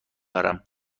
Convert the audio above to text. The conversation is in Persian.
دارم